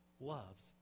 loves